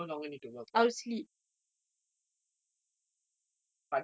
but general question lah you will sleep what will what will you think other people will do